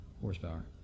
horsepower